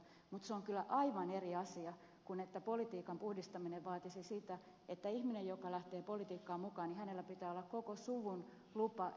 mutta se on kyllä aivan eri asia kuin se että politiikan puhdistaminen vaatisi sitä että ihmisellä joka lähtee politiikkaan mukaan pitää olla koko suvun lupa ilmoittaa suvun kaikki omistukset